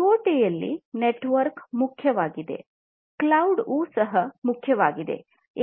ಐಒಟಿಯಲ್ಲಿ network ಮುಖ್ಯವಾಗಿದೆ cloud ಸಹ ಮುಖ್ಯವಾಗಿದೆ